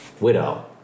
widow